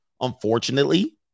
Unfortunately